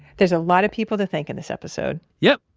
there's a lot of people that thank in this episode yep.